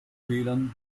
fehlern